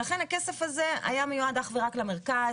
ולכן הכסף הזה היה מיועד אך ורק למרכז,